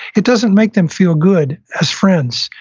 it doesn't make them feel good as friends.